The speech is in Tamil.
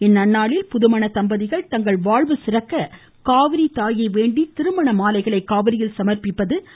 இந்நன்நாளில் புதுமண தம்பதிகள் தங்கள் வாழ்வு சிறக்க காவிரித்தாயை வேண்டி திருமண மாலைகளை காவிரியில் சமர்ப்பிப்பது ஐதீகம்